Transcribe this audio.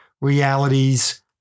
realities